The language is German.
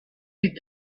die